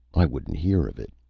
i wouldn't hear of it.